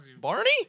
Barney